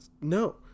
No